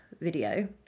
video